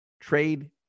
trade